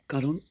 কারণ